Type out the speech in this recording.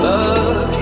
Love